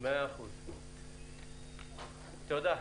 תודה.